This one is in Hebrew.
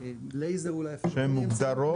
לייזר אולי -- הן מוגדרות בתקנות?